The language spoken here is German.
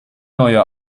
neuer